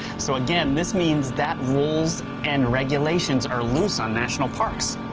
so again this means that rules and regulations are loose on national parks.